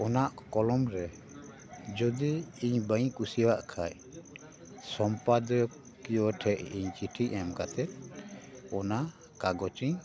ᱚᱱᱟ ᱠᱚᱞᱚᱢ ᱨᱮ ᱡᱚᱫᱤ ᱤᱧ ᱵᱟᱹᱧ ᱠᱩᱥᱤᱭᱟᱜ ᱠᱷᱟᱱ ᱥᱚᱢᱯᱟᱫᱚᱠᱤᱭᱚ ᱴᱷᱮᱱ ᱤᱧ ᱪᱤᱴᱷᱤ ᱮᱢ ᱠᱟᱛᱮ ᱚᱱᱟ ᱠᱟᱜᱚᱡᱤᱧ